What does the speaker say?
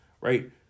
right